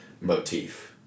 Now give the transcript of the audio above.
motif